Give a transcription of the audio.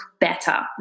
better